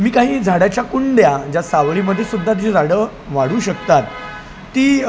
मी काही झाडाच्या कुंड्या ज्या सावलीमध्ये सुद्धा जी झाडं वाढू शकतात ती